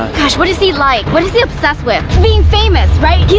gosh, what does he like? what is he obsessed with? being famous, right? he,